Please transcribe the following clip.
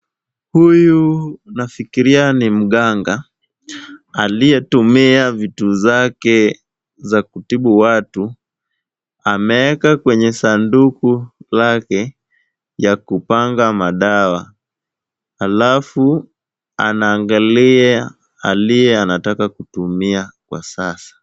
Huyu nafikiria ni mganga, aliyetumia vitu zake za kutibu watu. Ameeka kwenye sanduku lake ya kupanga madawa, alafu anaangalia aliye anataka kutumia kwa sasa.